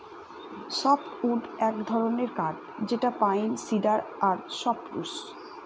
softwood এক ধরনের কাঠ যেটা পাইন, সিডার আর সপ্রুস